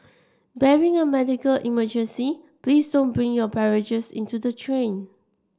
barring a medical emergency please don't bring your beverages into the train